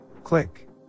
Click